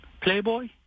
Playboy